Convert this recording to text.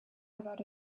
about